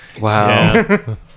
Wow